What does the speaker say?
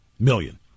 million